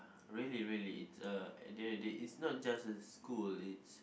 really really it's a they they it's not just a school it's